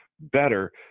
better